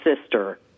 sister